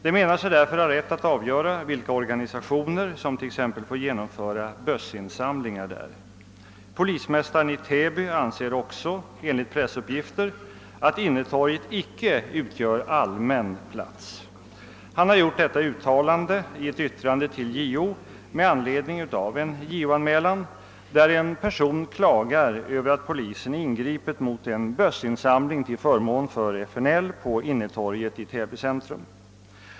Det menar sig därför ha rätt att avgöra vilka organisationer som t.ex. får genomföra bössinsamlingar där. Polismästaren i Täby anser också — enligt pressuppgifter — att innetorget icke utgör allmän plats. Han har gjort detta uttalande i ett yttrande till JO med anledning av en JO-anmälan, vari en person klagar över att polisen ingripit mot en bössinsamling till förmån för FNL på innetorget i Täby centrum.